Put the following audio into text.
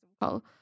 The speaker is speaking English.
call